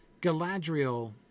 Galadriel